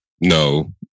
No